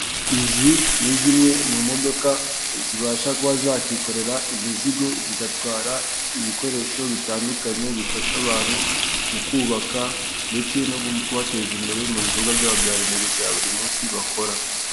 Izi ni zimwe mu modoka zibasha kuba zakikorera imizigo, zigatwara ibikoresho bitandukanye bifasha abantu mu kubaka ndetse no kubateza imbere mu bikorwa byabo bya remezo bya buri munsi bakora.